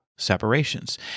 Separations